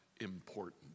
important